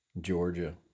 Georgia